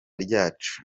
ryacu